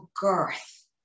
girth